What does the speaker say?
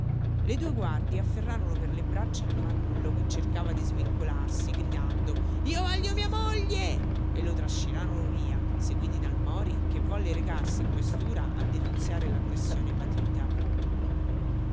le due guardie afferrarono per le braccia il marullo che cercava di svincolarsi gridando io voglio mia moglie e lo trascinarono via seguiti dal mori che volle recarsi in questura a denunziare l'aggressione patita